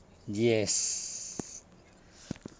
yes